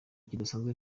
kidasanzwe